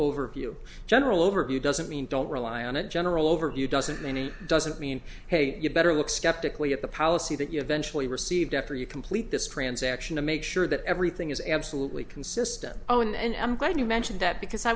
overview general overview doesn't mean don't rely on a general overview doesn't mean it doesn't mean hey you better look skeptically at the policy that you eventually received after you complete this transaction to make sure that everything is absolutely consistent oh and i'm glad you mentioned that because i